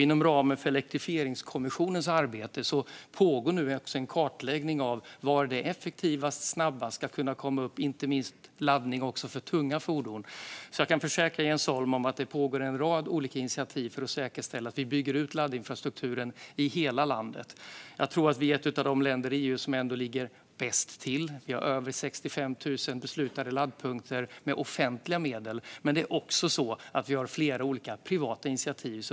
Inom ramen för Elektrifieringskommissionens arbete pågår nu också en kartläggning av var det effektivast och snabbast ska kunna komma laddmöjligheter för inte minst tunga fordon. Jag kan försäkra Jens Holm om att det pågår en rad olika initiativ för att säkerställa att vi bygger ut laddinfrastrukturen i hela landet. Jag tror ändå att vi är ett av de länder i EU som ligger bäst till. Vi har över 65 000 beslutade laddpunkter med offentliga medel, och vi har också flera olika privata initiativ.